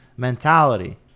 Mentality